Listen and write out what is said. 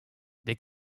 des